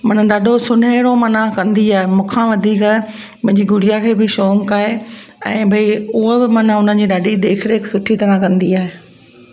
मन ॾाढो सुनहरो माना कंदी आहे मूंखां वधीक मुंहिंजी गुड़िया खे बि शौक़ु आहे ऐं भई उहा बि माना उन्हनि जी ॾाढी देख रेख सुठी तरह कंदी आहे